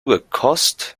gekost